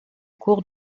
cours